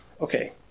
Okay